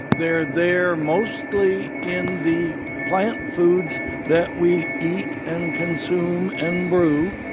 they're there mostly in the plant foods that we eat and consume and brew.